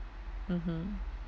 mmhmm